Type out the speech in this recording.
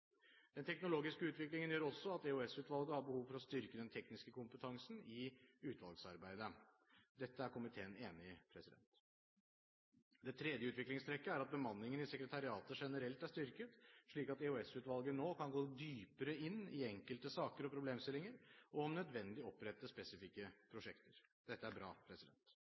Den teknologiske utviklingen gjør også at EOS-utvalget har behov for å styrke den tekniske kompetansen i utvalgsarbeidet. Dette er komiteen enig i. Det tredje utviklingstrekket er at bemanningen i sekretariatet generelt er styrket, slik at EOS-utvalget nå kan gå dypere inn i enkelte saker og problemstillinger, og om nødvendig opprette spesifikke prosjekter. Dette er bra.